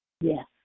Yes